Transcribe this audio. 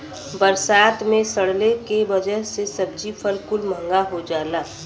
बरसात मे सड़ले के वजह से सब्जी फल कुल महंगा हो जाला